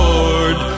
Lord